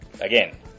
Again